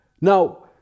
Now